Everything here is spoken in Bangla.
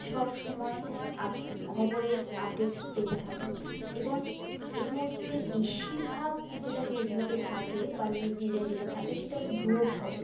সব সময় আপ খবরের আপডেট পেতে থাকে এবং এর মধ্যে বেশিরভাগ যেটা ফেসবুকে থাকে বা নিউস মিডিয়ায় যেটা থাকে সেটা হলো ভুয়ো খবর